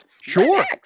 sure